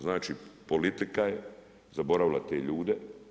Znači politika je zaboravila te ljude.